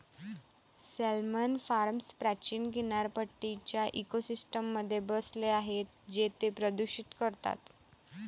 salmon farms प्राचीन किनारपट्टीच्या इकोसिस्टममध्ये बसले आहेत जे ते प्रदूषित करतात